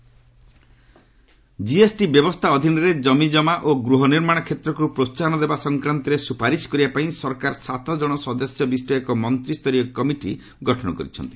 GoM GST ବ୍ୟବସ୍ଥା ଅଧୀନରେ ଜମି କମା ଓ ଗୃହ ନିର୍ମାଣ କ୍ଷେତ୍କୁ ପ୍ରୋସାହନ ଦେବା ସଂକ୍ରାନ୍ତରେ ସୁପାରିଶ କରିବା ପାଇଁ ସରକାର ସାତ ଜଣ ସଦସ୍ୟ ବିଶିଷ୍ଟ ଏକ ମନ୍ତ୍ରୀୟ କମିଟି ଗଠନ କରିଛନ୍ତି